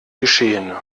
geschehene